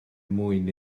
mwyn